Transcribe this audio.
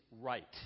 right